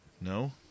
No